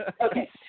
Okay